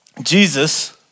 Jesus